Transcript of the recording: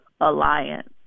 Alliance